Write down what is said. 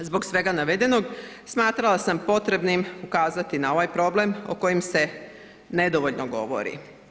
Zbog svega navedenog smatrala sam potrebnim ukazati na ovaj problem o kojem se nedovoljno govori.